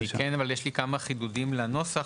יש לי כמה חידודים לנוסח,